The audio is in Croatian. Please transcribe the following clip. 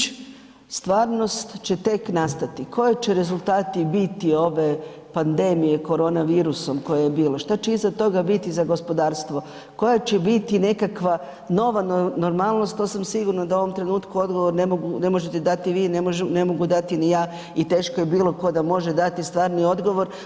Stvaranost će tek nastati, koji će rezultati biti ove pandemije korona virusom koja je bilo, šta će iza toga biti za gospodarstvo, koja će biti nekakva nova normalnost, to sam sigurna da u ovom trenutku odgovor ne možete dati vi, ne mogu dati ni ja i teško je da bilo tko može dati stvarni odgovor.